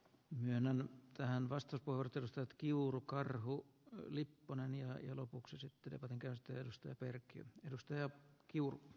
myönnän että hän vastaa koulutusta kiuru karhu ja yli banaania ja lopuksi sitten rengastetusta en enää usko